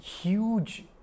huge